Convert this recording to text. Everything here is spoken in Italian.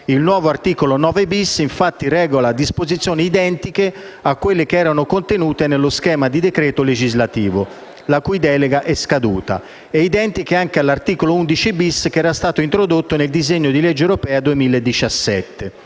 Il nuovo articolo 9-*bis,* infatti, regola disposizioni identiche a quelle contenute nello schema di decreto legislativo, la cui delega è scaduta, ed è identico anche all'articolo 11-*bis*, introdotto nel disegno di legge europea 2017